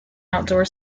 outdoor